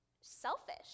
selfish